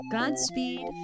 Godspeed